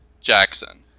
Jackson